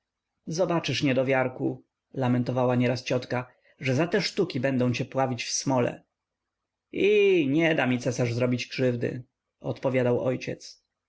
i także umieścił je nad łóżkiem zobaczysz niedowiarku lamentowała nieraz ciotka że za te sztuki będą cię pławić w smole i nie da mi cesarz zrobić krzywdy odpowiadał ojciec